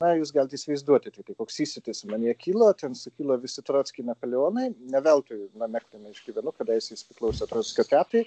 na jūs galite įsivaizduoti tiktai koks įsiūtis manyje kilo ten sukilo visi trockiai napoleonai ne veltui name kuriame aš gyvenu kadaise jis priklausė trockio tetai